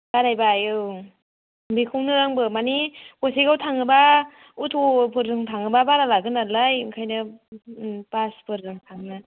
बारायबाय औ बेखौनो आंबो माने गसाइगाव थाङोब्ला अट'फोरजों थाङोब्ला बारा लागोन नालाय ओंखायनो बासफोरजों थांनो